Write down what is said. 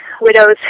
widows